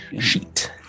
sheet